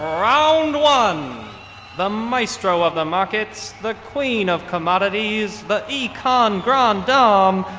round one the maestro of the markets, the queen of commodities, but the econ grande ah um